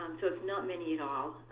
um so it's not many at all.